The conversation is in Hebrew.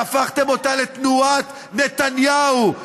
שהפכתם אותה לתנועת נתניהו,